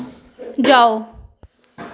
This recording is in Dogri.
जाओ